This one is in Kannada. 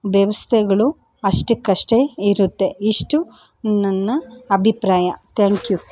ವ್ಯವಸ್ಥೆಗಳು ಅಷ್ಟಕಷ್ಟೇ ಇರುತ್ತೆ ಇಷ್ಟು ನನ್ನ ಅಭಿಪ್ರಾಯ ಥ್ಯಾಂಕ್ ಯು